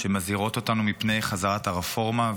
שמזהירים אותנו מפני חזרת הרפורמה.